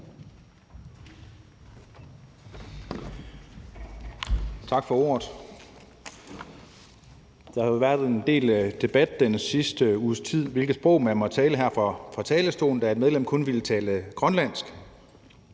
Tak for ordet. Der har jo i den sidste uges tid været en del debat om, hvilket sprog man må tale her fra talerstolen, da et medlem kun ville tale grønlandsk.